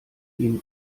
ihm